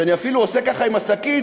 שכשאני אפילו עושה ככה עם השקית,